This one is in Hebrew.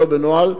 ולא בנוהל,